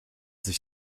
sich